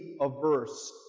averse